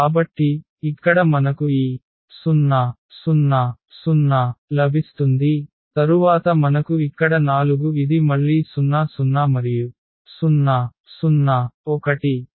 కాబట్టి ఇక్కడ మనకు ఈ 0 0 0 లభిస్తుంది తరువాత మనకు ఇక్కడ 4 ఇది మళ్ళీ 0 0 మరియు 0 0 1